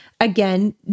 again